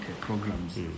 programs